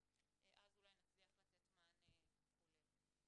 ואז אולי נצליח לתת מענה כולל.